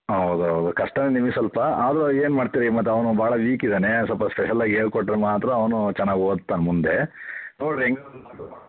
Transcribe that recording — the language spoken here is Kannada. ಹೌದು ಹೌದು ಕಷ್ಟನೇ ನಿಮಗೆ ಸ್ವಲ್ಪ ಆದರೂ ಏನು ಮಾಡ್ತೀರಿ ಮತ್ತು ಅವನು ಭಾಳ ವೀಕ್ ಇದ್ದಾನೆ ಸ್ವಲ್ಪ ಸ್ಪೆಷಲ್ಲಾಗಿ ಹೇಳಿಕೊಟ್ರೆ ಮಾತ್ರ ಅವನು ಚೆನ್ನಾಗಿ ಓದ್ತಾನೆ ಮುಂದೆ ನೋಡಿರಿ